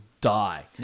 die